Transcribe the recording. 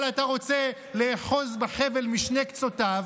אבל אתה רוצה לאחוז בחבל משני קצותיו